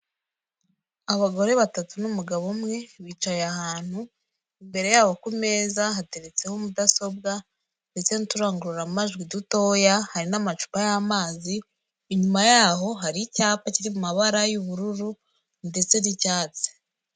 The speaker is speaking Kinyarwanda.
Abagore batatu n'umugabo umwe, bicaye ahantu imbere yabo ku meza hateretseho mudasobwa ndetse n'uturangururamajwi dutoya, hari n'amacupa y'amazi, inyuma yaho hari icyapa kiri mabara y'ubururu ndetse n'icyatsi.